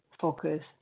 focused